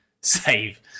save